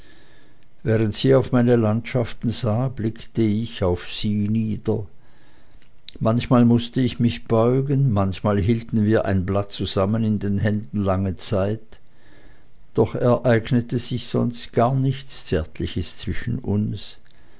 während sie auf meine landschaften sah blickte ich auf sie nieder manchmal mußte ich mich beugen manchmal hielten wir ein blatt zusammen in den händen lange zeit doch ereignete sich sonst gar nichts zärtliches zwischen uns